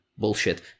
bullshit